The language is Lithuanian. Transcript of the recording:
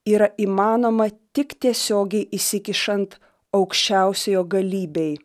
yra įmanoma tik tiesiogiai įsikišant aukščiausiojo galybei